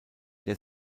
der